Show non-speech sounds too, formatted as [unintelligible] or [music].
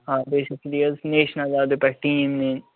آ بیٚیہِ چھُ [unintelligible] نیشنَل لیٚولہِ پٮ۪ٹھ ٹیٖم نِنۍ